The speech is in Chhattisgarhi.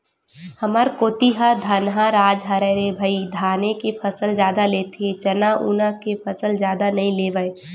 हमर कोती ह धनहा राज हरय रे भई धाने के फसल जादा लेथे चना उना के फसल जादा नइ लेवय